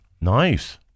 Nice